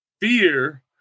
Fear